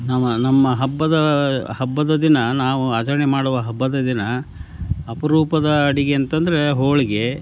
ನಾವು ನಮ್ಮ ಹಬ್ಬದ ಹಬ್ಬದ ದಿನ ನಾವು ಆಚರಣೆ ಮಾಡುವ ಹಬ್ಬದ ದಿನ ಅಪರೂಪದ ಅಡುಗೆ ಅಂತಂದರೆ ಹೋಳಿಗೆ